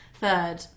third